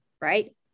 Right